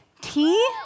Tea